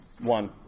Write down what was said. One